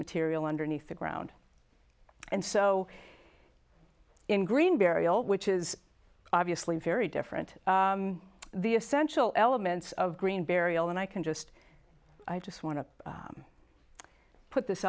material underneath the ground and so in green burial which is obviously very different the essential elements of green burial and i can just i just want to put this